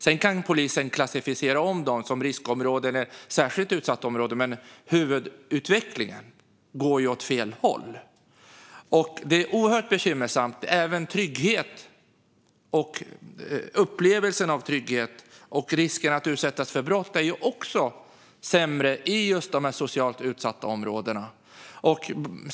Sedan kan polisen klassificera om dem som riskområden eller särskilt utsatta områden, men huvudutvecklingen går åt fel håll. Det är oerhört bekymmersamt att även upplevelsen av trygghet är sämre och risken att utsättas för brott är större i just de socialt utsatta områdena.